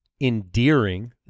endearing